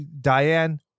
Diane